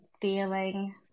feeling